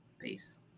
peace